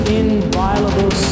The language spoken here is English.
inviolable